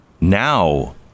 Now